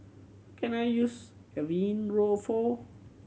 can I use Avene for